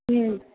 हं